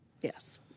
Yes